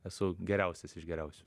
esu geriausias iš geriausių